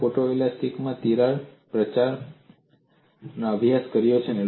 લોકોએ ફોટોલેસ્ટીસીટી માં તિરાડ પ્રચાર અભ્યાસ કર્યો છે